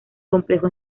complejo